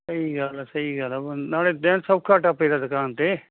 ਸਹੀ ਗੱਲ ਆ ਸਹੀ ਗੱਲ ਆ ਨਾਲੇ ਦਿਨ ਸੌਖਾ ਟੱਪੇਗਾ ਦੁਕਾਨ 'ਤੇ